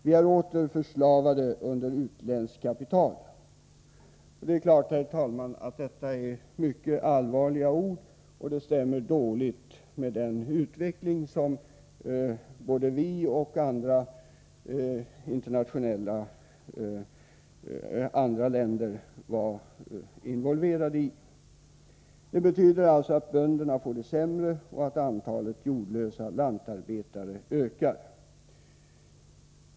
Vi är åter förslavade under utländskt kapital.” Herr talman! Detta är mycket allvarliga ord, och det stämmer dåligt överens med avsikterna när det gäller det utvecklingsarbete som både vi och andra länder varit involverade i. Detta betyder alltså att bönderna får det sämre och att antalet jordlösa lantarbetare ökar.